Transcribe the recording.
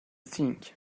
think